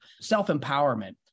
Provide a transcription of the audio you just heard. self-empowerment